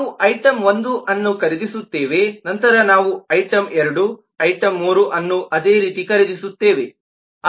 ನಾವು ಐಟಂ1 ಅನ್ನು ಖರೀದಿಸುತ್ತೇವೆ ನಂತರ ನಾವು ಐಟಂ2 ಐಟಂ3 ಅನ್ನು ಅದೇ ರೀತಿ ಖರೀದಿಸುತ್ತೇವೆ